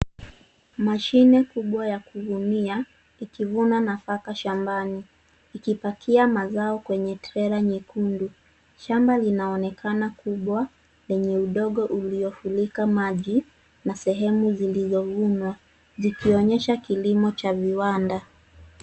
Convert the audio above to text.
Mashini kubwa ya kuvuna ikivuna nafaka shambani ,ikipakia mazao kwenye trela nyekundu ,shamba linaonekana kubwa yenye udongo uliofunika maji na sehemu zilizovunwa zikionyesha kilimo cha viwanda.